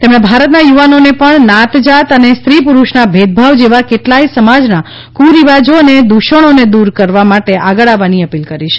તેમણે ભારતના યુવાનોને પણ નાત જાત અને સ્ત્રી પુરુષના ભેદભાવ જેવા કેટલાય સમાજના કુરિવાજો અને દુષણોને દૂર કરવા માટે આગળ આવવાની અપીલ કરી છે